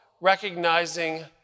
recognizing